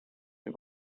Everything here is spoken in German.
wir